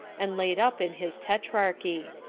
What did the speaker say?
and laid up in his tetrachy.